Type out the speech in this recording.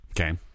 okay